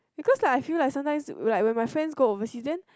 because like I feel like sometimes like when my friend go overseas then